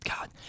God